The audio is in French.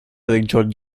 avec